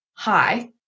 hi